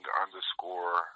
underscore